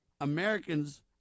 Americans